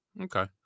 Okay